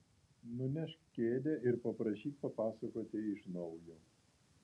nunešk kėdę ir paprašyk papasakoti iš naujo